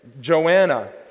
Joanna